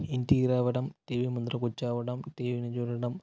ఇంటికి రావడం టీవీ ముందర కూర్చోవడం టీవీని చూడడం